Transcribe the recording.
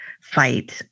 fight